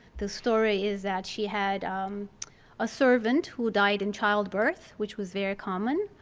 the story is that she had a servant who died in childbirth which was very common.